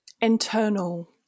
internal